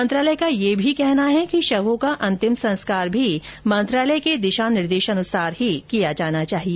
मंत्रालय का यह भी कहना है कि शवों का अंतिम संस्कार भी मंत्रालय के दिशानिर्देशानुसार ही किया जाना चाहिए